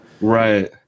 Right